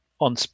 on